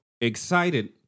excited